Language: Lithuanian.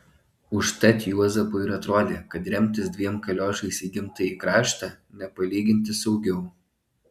užtat juozapui ir atrodė kad remtis dviem kaliošais į gimtąjį kraštą nepalyginti saugiau